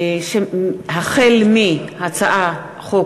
החל בהצעת חוק